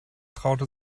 traute